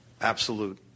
absolute